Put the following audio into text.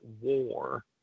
war